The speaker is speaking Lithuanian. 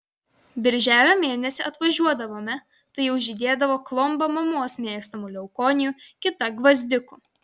birželio mėnesį atvažiuodavome tai jau žydėdavo klomba mamos mėgstamų leukonijų kita gvazdikų